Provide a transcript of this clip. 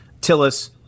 Tillis